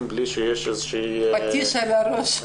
בלי שיש איזה שהוא --- פטיש על הראש.